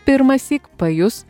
pirmąsyk pajus